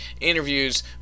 interviews